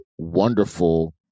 wonderful